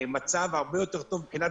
למצב הרבה יותר טוב מבחינת ביטחון.